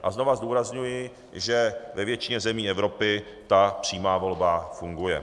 A znovu zdůrazňuji, že ve většině zemí Evropy ta přímá volba funguje.